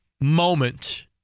moment